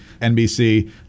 NBC